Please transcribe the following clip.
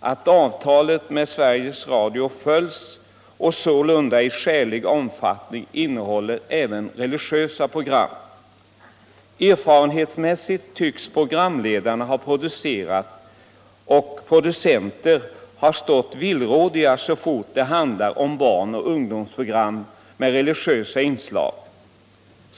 att avtalet med Sveriges Radio följs och sålunda i skälig omfattning innehåller även religiösa program. Erfarenhetsmässigt tycks programledare och producenter ha stått vill-. rådiga så fort det handlar om barn och ungdomsprogram med religiösa inslag.